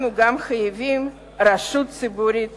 אנחנו חייבים רשות ציבורית